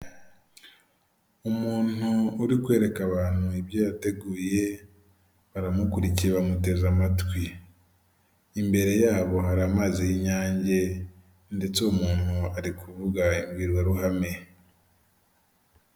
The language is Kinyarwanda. Umuntu uri kwereka abantu ibyo yateguye, baramukurikiye, bamuteze amatwi. Imbere yabo hari amazi y'inyange, ndetse uwo umuntu ari kuvuga imbwirwaruhame.